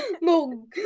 No